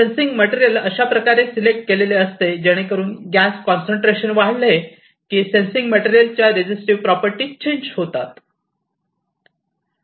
sensing material अशाप्रकारे select केलेले असते जेणेकरून गॅस कॉन्सन्ट्रेशन वाढले की सेन्सिंग मटेरियल च्या रेसिस्टिव्ह प्रॉपर्टीज चेंज होतात